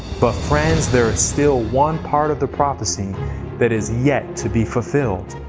but friends, there is still one part of the prophecy that is yet to be fulfilled.